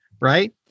right